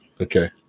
Okay